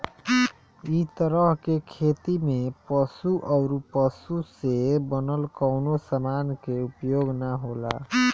इ तरह के खेती में पशु अउरी पशु से बनल कवनो समान के उपयोग ना होला